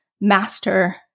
master